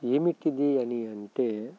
ఏమిటిది అని అంటే